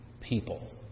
people